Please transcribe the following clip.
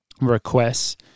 requests